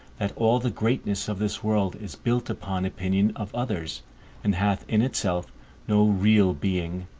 that all the greatness of this world is built upon opinion of others and hath in itself no real being,